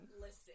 Listen